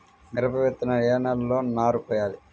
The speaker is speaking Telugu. మిరప విత్తనాలు ఏ నెలలో నారు పోయాలి?